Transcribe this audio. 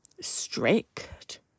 strict